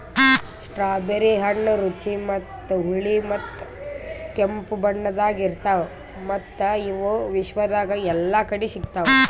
strawberry ಹಣ್ಣ ರುಚಿ ಮತ್ತ ಹುಳಿ ಮತ್ತ ಕೆಂಪು ಬಣ್ಣದಾಗ್ ಇರ್ತಾವ್ ಮತ್ತ ಇವು ವಿಶ್ವದಾಗ್ ಎಲ್ಲಾ ಕಡಿ ಸಿಗ್ತಾವ್